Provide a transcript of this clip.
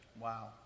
Wow